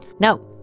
No